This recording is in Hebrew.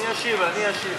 אני אשיב.